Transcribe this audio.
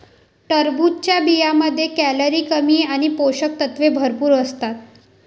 टरबूजच्या बियांमध्ये कॅलरी कमी आणि पोषक तत्वे भरपूर असतात